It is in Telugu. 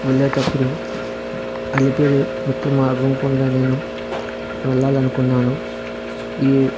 వెళ్ళేటప్పుడు అలిపిరి మెట్ల మార్గం గుండా నేను వెళ్ళాలి అనుకున్నాను ఈ